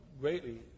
greatly